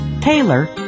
taylor